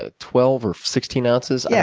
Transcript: ah twelve or sixteen ounces? yeah